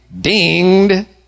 dinged